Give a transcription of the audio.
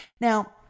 Now